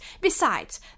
Besides